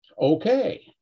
Okay